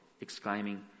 exclaiming